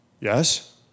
Yes